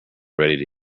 ready